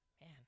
Man